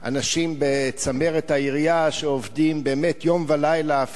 עם אנשים בצמרת העירייה שעובדים באמת יום ולילה.